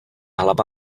hlava